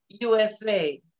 USA